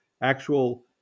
actual